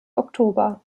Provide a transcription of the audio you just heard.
oktober